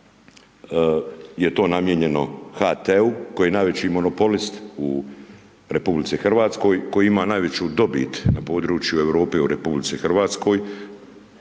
je to namijenjeno HT-u koji je najveći monopolist u RH, koji ima najveću dobit na području Europe u RH, taj